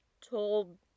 told